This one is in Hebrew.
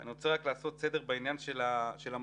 אני רק רוצה לעשות סדר בעניין של המצלמות.